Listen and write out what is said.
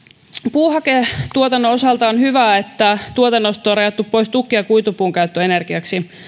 puuhaketuotannon osalta on hyvä että tuotantotuesta on rajattu pois tukki ja kuitupuun käyttö energiaksi